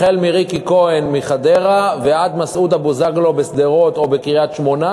מריקי כהן מחדרה ועד מסעודה בוזגלו בשדרות או בקריית-שמונה,